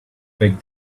big